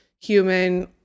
human